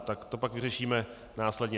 Tak to pak vyřešíme následně.